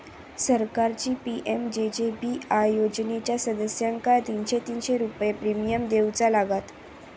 सरकारची पी.एम.जे.जे.बी.आय योजनेच्या सदस्यांका तीनशे तीनशे रुपये प्रिमियम देऊचा लागात